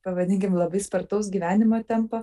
pavadinkim labai spartaus gyvenimo tempo